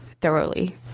thoroughly